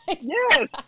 Yes